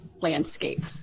landscape